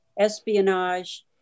espionage